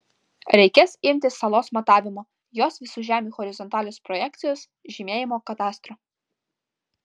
reikės imtis salos matavimo jos visų žemių horizontalios projekcijos žymėjimo kadastro